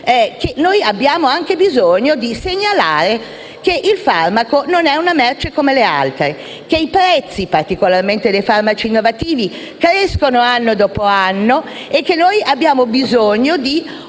che abbiamo anche bisogno di segnalare che il farmaco non è una merce come le altre, che i prezzi (particolarmente dei farmaci innovativi) crescono anno dopo anno e che noi abbiamo bisogno di un